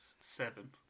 seven